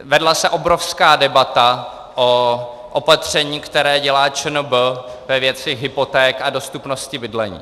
Vedla se obrovská debata o opatření, které dělá ČNB ve věci hypoték a dostupnosti bydlení.